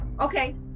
Okay